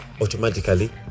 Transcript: automatically